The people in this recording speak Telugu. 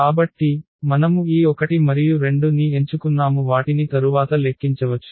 కాబట్టి మనము ఈ 1 మరియు 2 ని ఎంచుకున్నాము వాటిని తరువాత లెక్కించవచ్చు